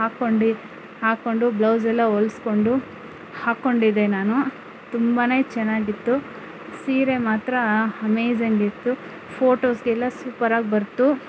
ಹಾಕ್ಕೊಂಡು ಹಾಕ್ಕೊಂಡು ಬ್ಲೌಸ್ ಎಲ್ಲ ಹೊಲ್ಸ್ಕೊಂಡು ಹಾಕ್ಕೊಂಡಿದ್ದೆ ನಾನು ತುಂಬಾನೆ ಚೆನ್ನಾಗಿತ್ತು ಸೀರೆ ಮಾತ್ರ ಅಮೇಜಿ಼ಂಗ್ ಇತ್ತು ಫೋಟೋಸ್ಗೆಲ್ಲ ಸೂಪರ್ ಆಗಿ ಬಂತು